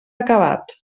acabat